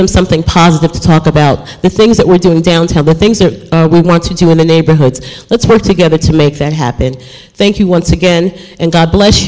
them something positive to talk about the things that we're doing downtown but things are going to do in the neighborhoods let's work together to make that happen thank you once again and god bless